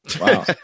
Wow